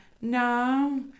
No